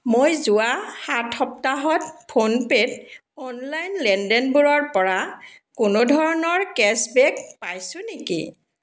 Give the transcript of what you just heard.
মই যোৱা সাত সপ্তাহত ফোনপে'ত অনলাইন লেনদেনবোৰৰ পৰা কোনো ধৰণৰ কেশ্ববেক পাইছো নেকি